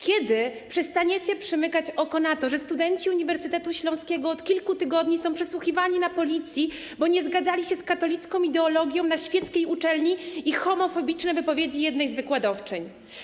Kiedy przestaniecie przymykać oko na to, że studenci Uniwersytetu Śląskiego od kilku tygodni są przesłuchiwani na policji, bo nie zgadzali się z katolicką ideologią na świeckiej uczelni i homofobicznymi wypowiedziami jednej z wykładowczyń?